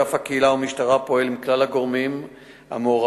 אגף קהילה ומשטרה פועל עם כלל הגורמים המעורבים,